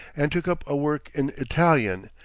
and took up a work in italian,